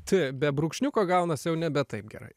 t be brūkšniuko gaunasi jau nebe taip gerai